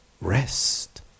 rest